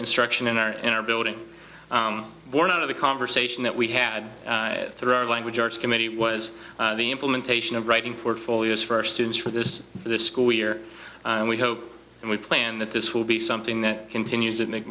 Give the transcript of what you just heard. instruction in our in our building born out of the conversation that we had through our language arts committee was the implementation of writing portfolios for our students for this school year and we hope and we plan that this will be something that continues that ma